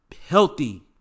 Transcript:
healthy